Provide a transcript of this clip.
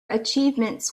achievements